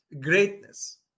greatness